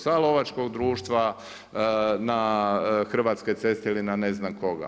Sa lovačkog društva na Hrvatske ceste ili na ne znam koga.